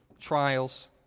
trials